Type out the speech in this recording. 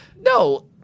no